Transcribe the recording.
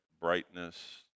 brightness